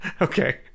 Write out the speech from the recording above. okay